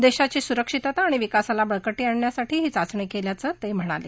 देशाची सुरक्षितता आणि विकासाला बळकटी आणण्यासाठी ही चाचणी केल्याचं ते म्हणाले